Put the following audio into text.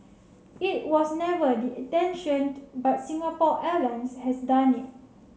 it was never the intention but Singapore Airlines has done it